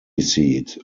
seat